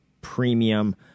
premium